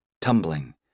tumbling